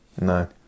No